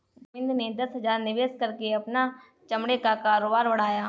गोविंद ने दस हजार निवेश करके अपना चमड़े का कारोबार बढ़ाया